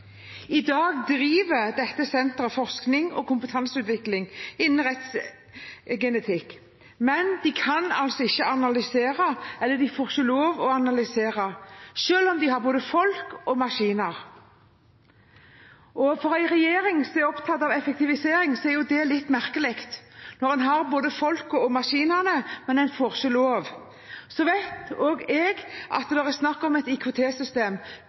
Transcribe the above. I dag driver dette senteret forskning og kompetanseutvikling innen rettsgenetikk, men de kan altså ikke analysere – de får ikke lov å analysere – selv om de har både folk og maskiner. For en regjering som er opptatt av effektivisering, er det litt merkelig – når en har både folket og maskinene, men en ikke får lov. Så vet også jeg at det er snakk om et